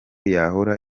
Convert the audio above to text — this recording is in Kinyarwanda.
yahora